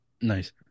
nice